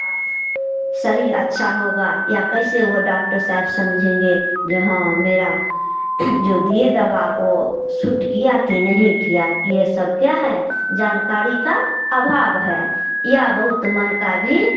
शरीर अच्छा होगा या कैसे वह डॉक्टर साहब समझेंगे जो हाँ मेरा जो दिए दवा वह सूट किया कि नहीं किया यह सब क्या है जानकारी का अभाव है या बहुत मन का भी